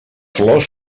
flors